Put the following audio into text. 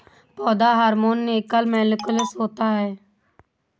पौधा हार्मोन एकल मौलिक्यूलस होता है